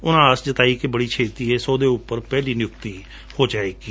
ਉਨੂੰ ਆਸ ਜਤਾਈ ਕਿ ਬੜੀ ਛੇਤੀ ਇਸ ਅਹੁਦੇ ਉਂਪਰ ਪਹਿਲੀ ਨਿਉਕਤੀ ਹੋ ਜਾਵੇਗੀ